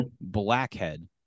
blackhead